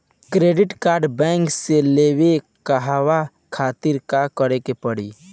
Credit card bank से लेवे कहवा खातिर का करे के पड़ी?